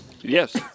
Yes